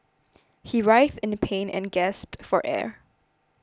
he writhed in pain and gasped for air